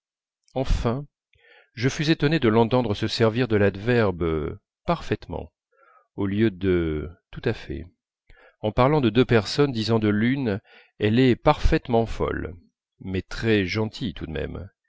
enfin je fus étonné de l'entendre se servir de l'adverbe parfaitement au lieu de tout à fait en parlant de deux personnes disant de l'une elle est parfaitement folle mais très gentille tout de même